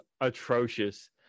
atrocious